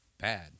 bad